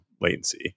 latency